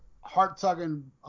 heart-tugging